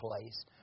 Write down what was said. place